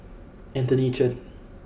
Anthony Chen